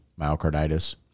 myocarditis